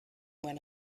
when